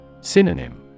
Synonym